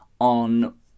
on